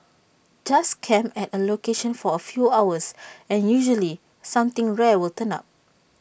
just camp at A location for A few hours and usually something rare will turn up